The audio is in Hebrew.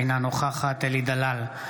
אינה נוכחת אלי דלל,